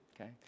Okay